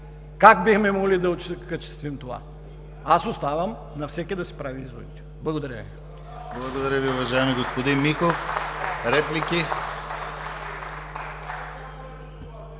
Как бихме могли да окачествим това? Аз оставям на всеки да си прави изводите. Благодаря Ви.